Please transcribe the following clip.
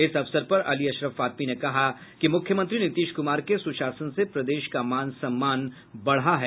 इस अवसर पर अली अशरफ फातमी ने कहा कि मुख्यमंत्री नीतीश कुमार के सुशासन से प्रदेश का मान सम्मान बढ़ा है